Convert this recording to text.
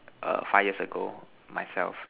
err five years ago myself